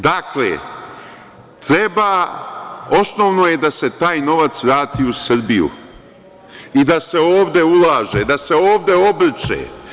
Dakle, osnovno je da se taj novac vrati u Srbiju i da se ovde ulaže, da se ovde obrće.